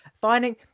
finding